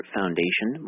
Foundation